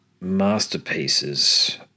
masterpieces